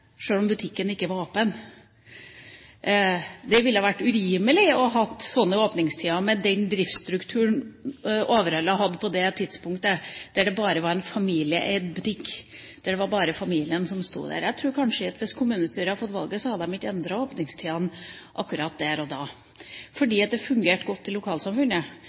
med den driftsstrukturen som Overhalla hadde på det tidspunktet, der det bare var en familieeid butikk, og det bare var familien som sto der. Jeg tror kanskje at hvis kommunestyret hadde fått valget, så hadde de ikke endret åpningstidene akkurat der og da, for det fungerte godt i lokalsamfunnet.